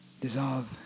dissolve